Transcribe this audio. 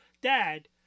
dad